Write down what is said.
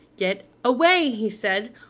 get, away he said.